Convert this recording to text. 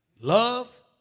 love